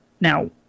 Now